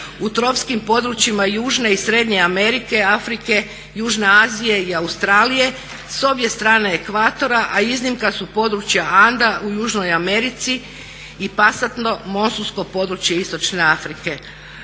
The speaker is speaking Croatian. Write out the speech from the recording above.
u tropskim područjima južne i srednje Amerike, Afrike, južne Azije i Australije s obje strane ekvatora a iznimka su područja Anda u južnoj Americi i pasatno monsunsko područje istočne Afrike.